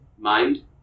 Mind